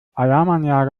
alarmanlage